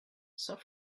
saint